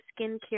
skincare